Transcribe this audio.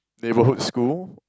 neighbourhood school